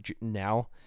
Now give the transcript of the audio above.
now